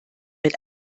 mit